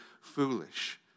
foolish